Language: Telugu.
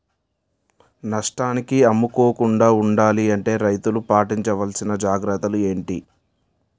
నష్టానికి అమ్ముకోకుండా ఉండాలి అంటే రైతులు పాటించవలిసిన జాగ్రత్తలు ఏంటి